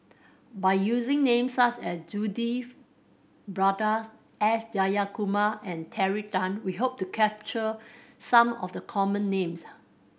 by using names such as Judith Prakash S Jayakumar and Terry Tan we hope to capture some of the common names